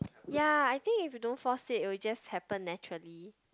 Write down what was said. ya I think if you don't force it it'll just happen naturally